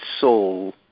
soul